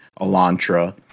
Elantra